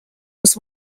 was